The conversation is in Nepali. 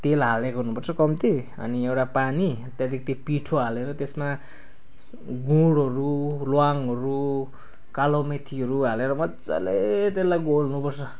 तेल हालेको हुनुपर्छ कम्ति अनि एउटा पानी अनि त्यहाँदेखि त्यो पिठो हालेर त्यसमा गुँडहरू ल्वाङहरू कालोमेथीहरू हालेर मज्जाले त्यसलाई घोल्नु पर्छ